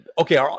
okay